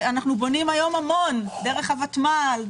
אנחנו בונים היום המון דרך הוותמ"ל,